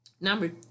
Number